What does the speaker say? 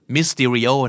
Mysterio